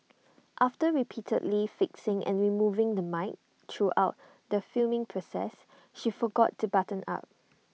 after repeatedly fixing and removing the mic throughout the filming process she forgot to button up